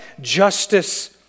justice